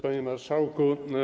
Panie Marszałku!